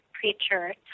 preacher